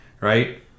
right